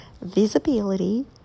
visibility